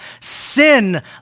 Sin